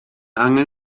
angen